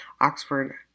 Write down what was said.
oxford